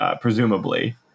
Presumably